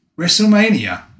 Wrestlemania